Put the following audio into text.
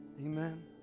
Amen